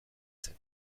zen